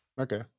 Okay